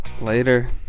Later